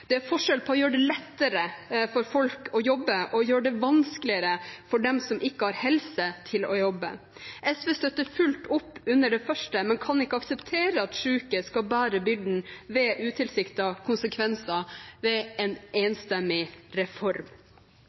Det er forskjell på å gjøre det lettere for folk å jobbe og å gjøre det vanskeligere for dem som ikke har helse til å jobbe. SV støtter fullt opp under det første, men kan ikke akseptere at syke skal bære byrden ved utilsiktede konsekvenser av en enstemmig reform.